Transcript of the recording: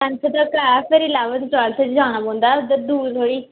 tenth तक ऐ फिर इलेवेंथ ट्वेल्थ च जाना पौंदा उद्धर दूर थोह्ड़ी